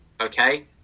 okay